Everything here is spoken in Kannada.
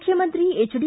ಮುಖ್ಯಮಂತ್ರಿ ಹೆಚ್ ಡಿ